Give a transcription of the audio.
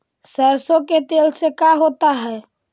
सरसों के तेल से का होता है?